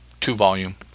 two-volume